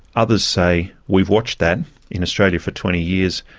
others say, we've watched that in australia for twenty years,